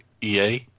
ea